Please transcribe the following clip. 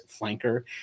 flanker